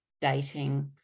dating